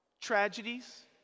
tragedies